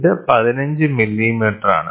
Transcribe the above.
ഇത് 15 മില്ലിമീറ്ററാണ്